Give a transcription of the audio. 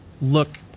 look